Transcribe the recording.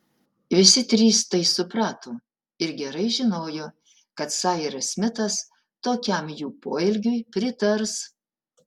visi trys tai suprato ir gerai žinojo kad sairas smitas tokiam jų poelgiui pritars